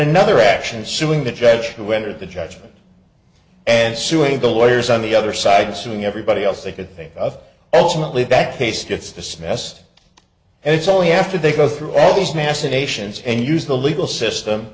another action suing the judge who entered the judgment and suing the lawyers on the other side suing everybody else they could think of ultimately back a stiff this mess and it's only after they go through all these massive nations and use the legal system